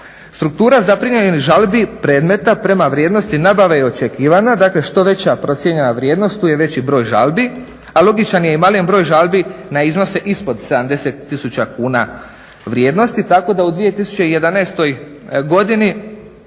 Struktura zaprimljenih žalbi, predmeta prema vrijednosti nabave je očekivana. Dakle, što veća procijenjena vrijednost tu je veći broj žalbi, a logičan je i malen broj žalbi na iznose ispod 70 tisuća kuna vrijednosti tako da u 2011. godini